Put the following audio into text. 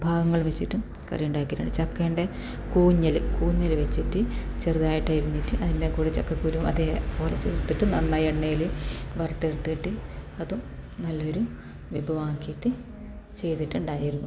ഭാഗങ്ങൾ വെച്ചിട്ടും കറി ഉണ്ടാക്കിയിട്ടുണ്ട് ചക്കെൻ്റെ കൂഞ്ഞിൽ കൂഞ്ഞിൽ വെച്ചിട്ട് ചെറുതായിട്ട് അരിഞ്ഞിട്ട് അതിൻ്റെ കൂടെ ചക്കക്കുരു അതേപോലെ ചേർത്തിട്ട് നന്നായി എണ്ണയിൽ വറുത്തെടുത്തിട്ട് അതും നല്ലൊരു വിഭവം ആക്കിയിട്ട് ചെയ്തിട്ടുണ്ടായിരുന്നു